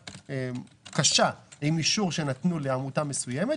קשה עם אישור שנתנו לעמותה מסוימת,